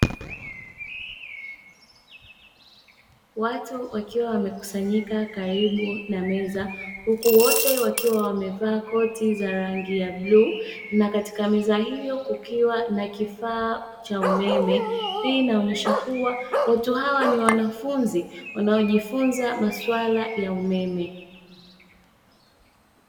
Watu wakiwa wamekusanyika karibu na meza huku wote wakiwa wamevaa koti za rangi ya bluu, na katika meza hiyo kukiwa na kifaa cha umeme. Hii inaonyesha kuwa watu hawa ni wanafunzi wanaojifunzwa mausala ya umeme.